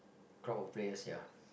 crowd a place ya